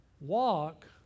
walk